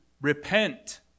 Repent